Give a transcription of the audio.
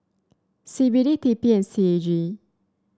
C B D T P and C A G